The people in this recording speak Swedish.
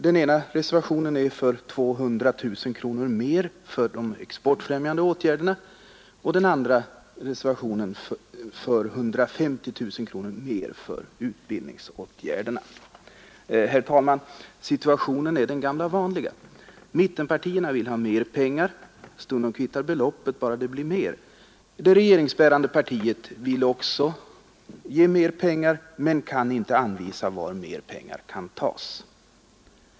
Den ena reservationen gäller 200 000 kronor mer för exportfrämjande åtgärder, den andra 150 000 kronor mer för utbildningsåtgärder. Herr talman! Situationen är den gamla vanliga. Mittenpartierna vill ha mer pengar — stundom kvittar beloppet bara det blir mer. Det regeringsbärande partiet vill givetvis också ge mer, men kan inte anvisa var pengar kan tas.